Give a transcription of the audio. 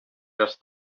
just